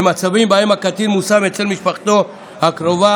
במצבים שבהם הקטין מושם אצל משפחתו הקרובה,